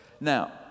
Now